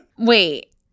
Wait